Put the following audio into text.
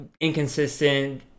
inconsistent